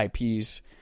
IPs